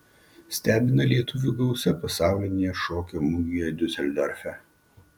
stebina lietuvių gausa pasaulinėje šokio mugėje diuseldorfe